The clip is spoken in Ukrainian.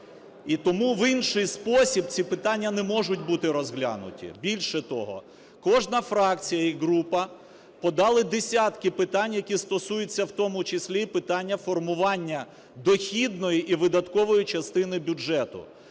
І тому в інший спосіб ці питання не можуть бути розглянуті. Більше того, кожна фракція і група подали десятки питань, які стосуються в тому числі і питання формування дохідної і видаткової частини бюджету.